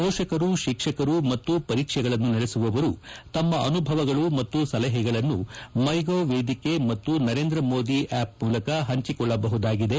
ಪೋಷಕರು ಶಿಕ್ಷಕರು ಮತ್ತು ಪರೀಕ್ಷೆಗಳನ್ನು ನಡೆಸುವವರು ತಮ್ಮ ಅನುಭವಗಳು ಮತ್ತು ಸಲಹೆಗಳನ್ನು ಮೈ ಗೌ ವೇದಿಕೆ ಮತ್ತು ನರೇಂದ್ರ ಮೋದಿ ಆಪ್ ಮೂಲಕ ಹಂಚಿಕೊಳ್ಳಬಹುದಾಗಿದೆ